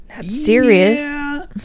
serious